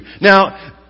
Now